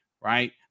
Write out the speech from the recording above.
right